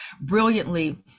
brilliantly